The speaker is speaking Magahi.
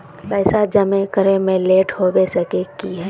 पैसा जमा करे में लेट होबे सके है की?